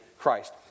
Christ